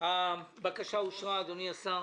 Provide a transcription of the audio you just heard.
אמות המידה שהציע השר